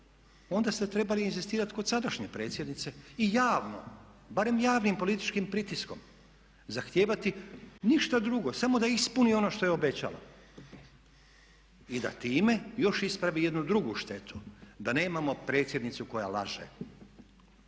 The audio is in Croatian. onda ste trebali inzistirati kod sadašnje predsjednice i javno barem javnim političkim pritiskom zahtijevati ništa drugo samo da ispuni ono što je obećala. I da time još ispravi jednu drugu štetu da nemamo predsjednicu koja laže.